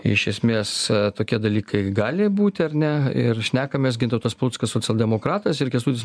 iš esmės tokie dalykai gali būti ar ne ir šnekamės gintautas paluckas socialdemokratas ir kęstutis